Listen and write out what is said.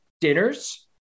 dinners